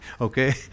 okay